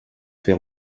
fer